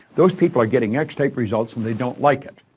those people are getting x-type results and they don't like it.